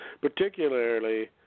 particularly